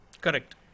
Correct